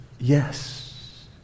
yes